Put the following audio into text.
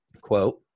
quote